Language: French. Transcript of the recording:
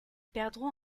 perdront